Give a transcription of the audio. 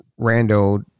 Rando